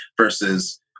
versus